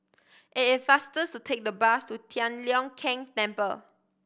it is faster to take the bus to Tian Leong Keng Temple